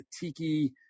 tiki